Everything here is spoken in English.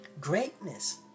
Greatness